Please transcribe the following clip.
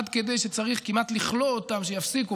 עד כדי שצריך כמעט לכלוא אותם שיפסיקו,